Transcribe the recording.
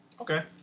Okay